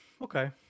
Okay